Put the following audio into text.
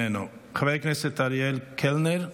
חבר הכנסת אריאל קלנר,